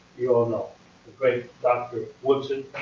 you all know the great dr. woodson.